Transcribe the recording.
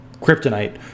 kryptonite